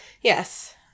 Yes